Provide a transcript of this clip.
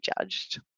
judged